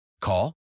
Call